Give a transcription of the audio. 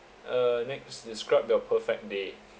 uh next describe your perfect day